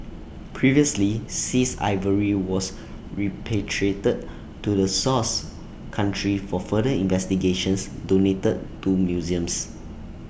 previously seized ivory was repatriated to the source country for further investigations donated to museums